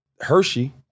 Hershey